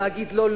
להגיד: לא,